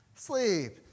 Sleep